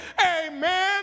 Amen